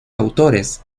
autores